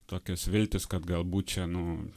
tokios viltys kad galbūt čia nu